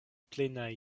plenaj